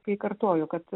kai kartojo kad